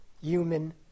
human